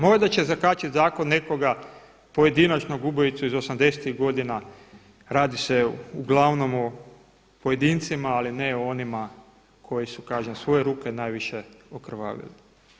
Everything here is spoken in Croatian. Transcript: Možda će zakačiti zakon nekoga pojedinačnog ubojicu iz '80.-tih godina, radi se uglavnom o pojedincima ali ne o onima koji su kažem svoje ruke najviše okrvavili.